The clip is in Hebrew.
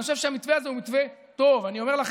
אני חושב שהמתווה הזה הוא מתווה טוב.